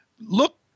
Look